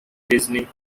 disney